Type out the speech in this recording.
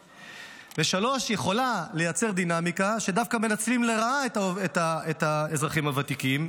3. היא יכולה לייצר דינמיקה שדווקא מנצלים לרעה את האזרחים הוותיקים,